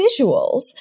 visuals